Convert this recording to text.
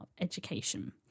education